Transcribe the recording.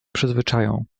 przyzwyczają